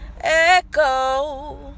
echo